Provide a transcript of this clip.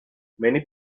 many